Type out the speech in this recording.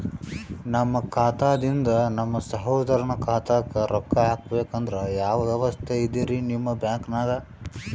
ನಮ್ಮ ಖಾತಾದಿಂದ ನಮ್ಮ ಸಹೋದರನ ಖಾತಾಕ್ಕಾ ರೊಕ್ಕಾ ಹಾಕ್ಬೇಕಂದ್ರ ಯಾವ ವ್ಯವಸ್ಥೆ ಇದರೀ ನಿಮ್ಮ ಬ್ಯಾಂಕ್ನಾಗ?